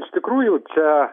iš tikrųjų čia